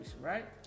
right